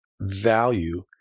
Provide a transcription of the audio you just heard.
value